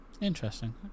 Interesting